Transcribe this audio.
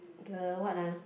the what ah